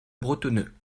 bretonneux